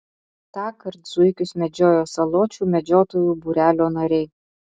tąkart zuikius medžiojo saločių medžiotojų būrelio nariai